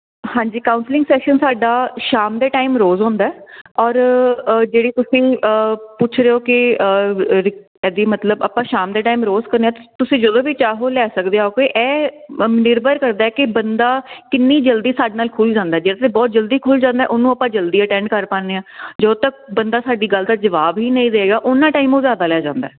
ਹਾਂਜੀ counselling session ਸਾਡਾ ਸ਼ਾਮ ਦੇ ਟਾਈਮ ਰੋਜ਼ ਹੁੰਦਾ ਔਰ ਜਿਹੜੀ ਤੁਸੀਂ ਪੁੱਛ ਰਹੇ ਹੋ ਕਿ ਇਹਦੀ ਮਤਲਬ ਆਪਾਂ ਸ਼ਾਮ ਦੇ ਟਾਈਮ ਰੋਜ਼ ਕਰਨੇ ਆ ਤੁਸੀਂ ਜਦੋਂ ਵੀ ਚਾਹੋ ਲੈ ਸਕਦੇ ਆ ਕੋਈ ਇਹ ਨਿਰਭਰ ਕਰਦਾ ਕਿ ਬੰਦਾ ਕਿੰਨੀ ਜਲਦੀ ਸਾਡੇ ਨਾਲ ਖੁੱਲ ਜਾਂਦਾ ਜਿਸ ਵੇਲੇ ਬਹੁਤ ਜਲਦੀ ਖੁੱਲ ਜਾਂਦਾ ਉਹਨੂੰ ਆਪਾਂ ਜਲਦੀ ਅਟੈਂਡ ਕਰ ਪਾਦੇ ਆ ਜਦੋਂ ਤੱਕ ਬੰਦਾ ਸਾਡੀ ਗੱਲ ਦਾ ਜਵਾਬ ਹੀ ਨਹੀਂ ਦੇਗਾ ਉਹਨਾਂ ਟਾਈਮ ਉਹ ਜਿਆਦਾ ਲੈ ਜਾਂਦਾ